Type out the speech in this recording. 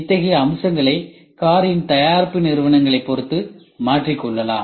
இத்தகைய அம்சங்களை காரின் தயாரிப்பு நிறுவனங்களை பொருத்து மாற்றிக்கொள்ளலாம்